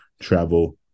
travel